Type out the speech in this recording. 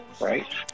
right